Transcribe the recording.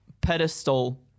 pedestal